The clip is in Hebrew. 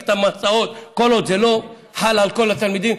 את המסעות כל עוד זה לא חל על כל התלמידים,